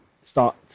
start